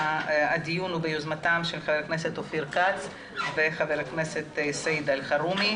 הדיון הוא ביוזמתם של ח"כ אופיר כץ וח"כ סעיד אלחרומי.